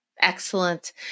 Excellent